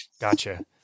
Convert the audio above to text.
Gotcha